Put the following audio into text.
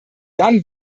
dann